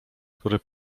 który